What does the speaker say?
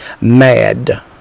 mad